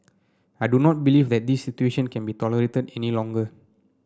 I do not believe that this situation can be tolerated any longer